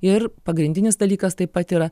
ir pagrindinis dalykas taip pat yra